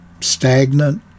Stagnant